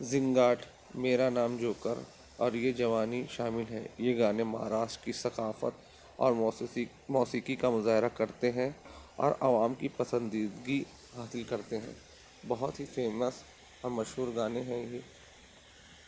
زنگارٹھ میرا نام جوکر اور یہ جوانی شامل ہیں یہ گانے مہاراشٹر کی ثقافت اور موسیفی موسیقی کا مظاہرہ کرتے ہیں اور عوام کی پسندیدگی حاصل کرتے ہیں بہت ہی فیمس اور مشہور گانے ہیں یہ